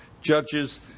Judges